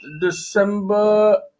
december